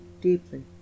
deeply